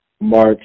March